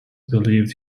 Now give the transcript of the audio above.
believed